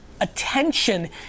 Attention